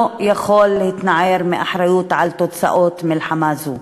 לא יכול להתנער מאחריות לתוצאות מלחמה זו.